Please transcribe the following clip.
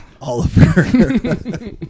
Oliver